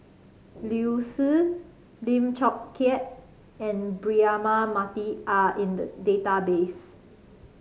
Liu Si Lim Chong Keat and Braema Mathi are in the database